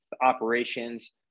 operations